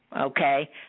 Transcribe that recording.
Okay